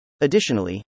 Additionally